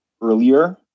earlier